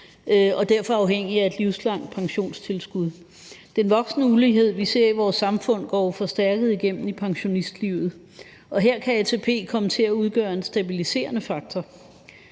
som derfor er afhængige af et livslangt pensionstilskud. Den voksende ulighed, vi ser i vores samfund, forstærkes igennem pensionistlivet, og her kan ATP komme til at udgøre en stabiliserende faktor.